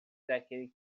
daqueles